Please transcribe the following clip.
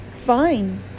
fine